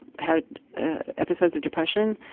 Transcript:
had episodes of depression,